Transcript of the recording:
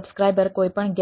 subscriber મુક્ત છે કોઈપણ